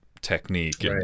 technique